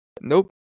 Nope